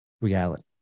reality